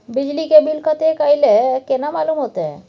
बिजली के बिल कतेक अयले केना मालूम होते?